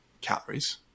calories